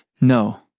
No